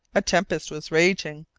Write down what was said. a tempest was raging,